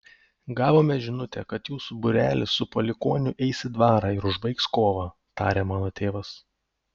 gavome žinutę kad jūsų būrelis su palikuoniu eis į dvarą ir užbaigs kovą tarė mano tėvas